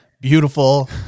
beautiful